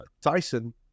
Tyson